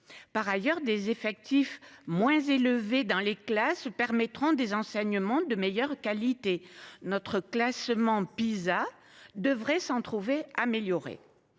Par ailleurs, des effectifs moins élevé dans les classes ou permettront des enseignements de meilleure qualité, notre classement Pisa devrait s'en trouver amélioré.